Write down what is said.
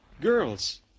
girls